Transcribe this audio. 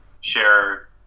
share